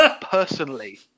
personally